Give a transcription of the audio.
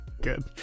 good